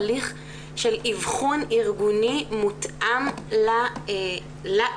מעין הליך של אבחון ארגוני מותאם לאיגוד.